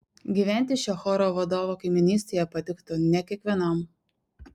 gyventi šio choro vadovo kaimynystėje patiktų ne kiekvienam